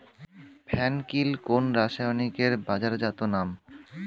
ফেন কিল কোন রাসায়নিকের বাজারজাত নাম?